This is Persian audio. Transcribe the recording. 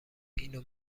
اینو